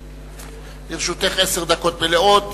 גברתי, לרשותך עשר דקות מלאות.